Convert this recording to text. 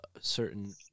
certain